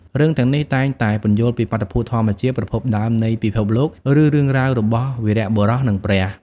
រឿងទាំងនេះតែងតែពន្យល់ពីបាតុភូតធម្មជាតិ ប្រភពដើមនៃពិភពលោក ឬរឿងរ៉ាវរបស់វីរបុរស និងព្រះ។